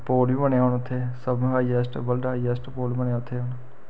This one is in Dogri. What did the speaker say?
पुल बी बने दा हून उत्थें सब तों हाईऐस्ट वर्ल्ड हाईऐस्ट पुल बनेआ उत्थें